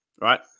right